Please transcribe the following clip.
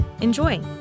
Enjoy